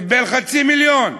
קיבל 0.5 מיליון,